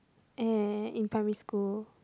eh in primary school